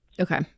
Okay